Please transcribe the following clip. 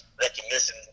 recognition